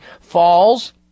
falls